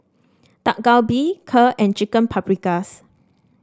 Dak Galbi Kheer and Chicken Paprikas